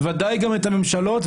בוודאי גם את הממשלות,